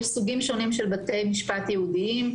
יש סוגים שונים של בתי משפט ייעודיים.